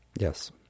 yes